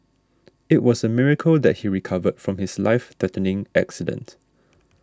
it was a miracle that he recovered from his life threatening accident